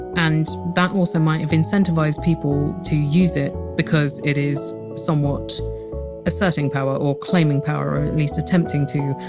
and that also might have incentivized people to use it because it is somewhat asserting power or claiming power, or at least attempting to,